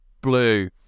blue